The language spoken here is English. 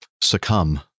succumb